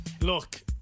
Look